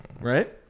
Right